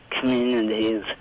communities